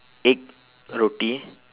egg roti